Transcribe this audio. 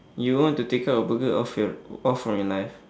you will want to take out a burger off your off from your life